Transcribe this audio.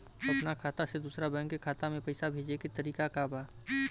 अपना खाता से दूसरा बैंक के खाता में पैसा भेजे के तरीका का बा?